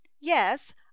yes